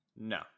No